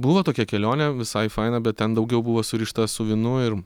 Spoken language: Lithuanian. buvo tokia kelionė visai faina bet ten daugiau buvo surišta su vynu ir